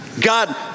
God